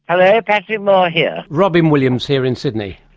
hello, patrick moore here. robyn williams here in sydney.